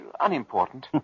Unimportant